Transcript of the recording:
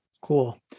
Cool